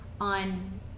on